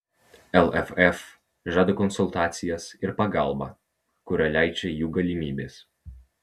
lff žada konsultacijas ir pagalbą kurią leidžia jų galimybės